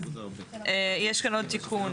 יש כאן עוד תיקון,